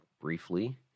briefly